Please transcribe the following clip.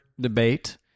debate